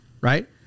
right